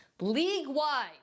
League-wide